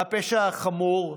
על הפשע החמור,